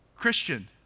Christian